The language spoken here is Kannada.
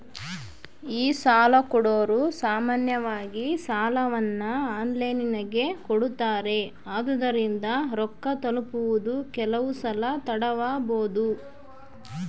ಈ ಸಾಲಕೊಡೊರು ಸಾಮಾನ್ಯವಾಗಿ ಸಾಲವನ್ನ ಆನ್ಲೈನಿನಗೆ ಕೊಡುತ್ತಾರೆ, ಆದುದರಿಂದ ರೊಕ್ಕ ತಲುಪುವುದು ಕೆಲವುಸಲ ತಡವಾಬೊದು